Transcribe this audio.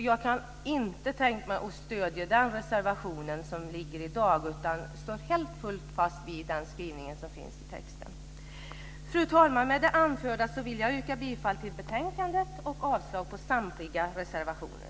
Jag kan inte tänka mig att stödja den reservationen. Jag står helt fast vid den skrivning som finns i betänkandet. Fru talman! Med det anförda vill jag yrka bifall till hemställan i betänkandet och avslag på samtliga reservationer.